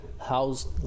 housed